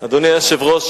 היושב-ראש,